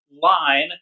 line